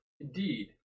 Indeed